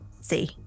see